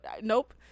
nope